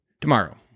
tomorrow